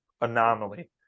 anomaly